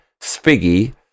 Spiggy